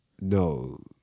no